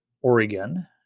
Oregon